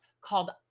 called